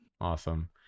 Awesome